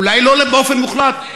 אולי לא באופן מוחלט,